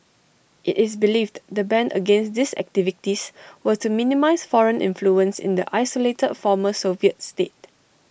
IT is believed the ban against these activities were to minimise foreign influence in the isolated former Soviet state